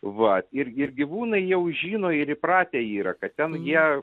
va ir ir gyvūnai jau žino ir įpratę yra kad ten jie